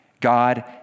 God